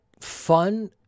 fun